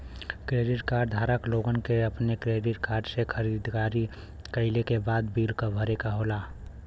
credit card धारक लोगन के अपने क्रेडिट कार्ड से खरीदारी कइले के बाद बिल क भरे क होला